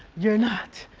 you're not.